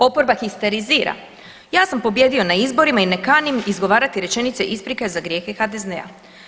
Oporba histerizira, ja sam pobijedio na izborima i ne kanim izgovarati rečenice isprike za grijehe HDZ-a.